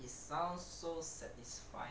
it sounds so satisfying